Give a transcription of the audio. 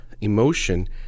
emotion